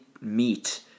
meat